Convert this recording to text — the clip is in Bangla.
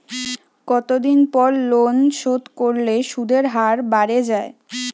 কতদিন পর লোন শোধ করলে সুদের হার বাড়ে য়ায়?